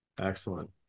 excellent